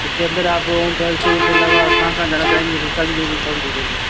उसके अंदर आप ओंकारेश्वर के अलावा कहाँ कहाँ जाना चाहेंगे वो सारी चीजों की काउन्ट हो जाएगी उसमें